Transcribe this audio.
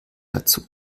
dazu